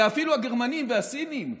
ואפילו הגרמנים והסינים והרוסים,